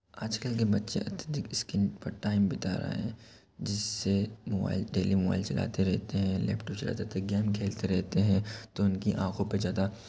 आजकल के बच्चे अत्यधिक स्किन पर टाइम बिता रहे हैं जिससे मोबाइल डेली मोबाइल चलाते रहते हैं लैपटॉप चलाते रहते हैं गेम खेलते रहते हैं तो उनकी आँखों पे ज़्यादा